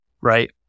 right